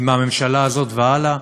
היא מהממשלה הזאת והלאה.